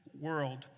world